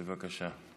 בבקשה.